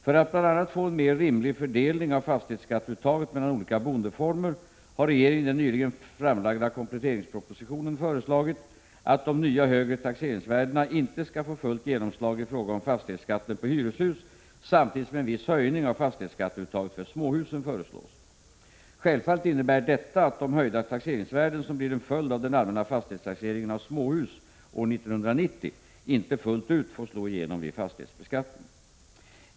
För att bl.a. få en mer rimlig fördelning av fastighetsskatteuttaget mellan olika boendeformer har regeringen i den nyligen framlagda kompletteringspropositionen föreslagit att de nya högre taxeringsvärdena inte skall få fullt genomslag i fråga om fastighetsskatten på hyreshus samtidigt som en viss höjning av fastighetsskatteuttaget för småhusen föreslås. Självfallet innebär detta att de höjda taxeringsvärden som blir en följd av den allmänna fastighetstaxeringen av småhus 1990 inte fullt ut får slå igenom vid fastighetsbeskattningen.